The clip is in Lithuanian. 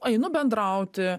einu bendrauti